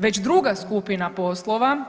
Već druga skupina poslova